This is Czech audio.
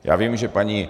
Já vím, že paní